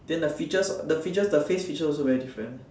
than the features the features the face features also very different